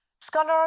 Scholars